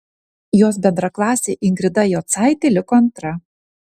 jos bendraklasė ingrida jocaitė liko antra